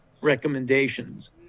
recommendations